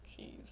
Jeez